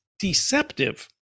deceptive